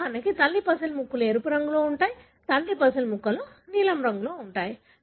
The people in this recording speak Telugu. ఉదాహరణకు తల్లి పజిల్ ముక్కలు ఎరుపు రంగులో ఉంటాయి తండ్రి పజిల్ ముక్కలు నీలం రంగులో ఉంటాయి